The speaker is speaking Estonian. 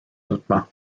nutma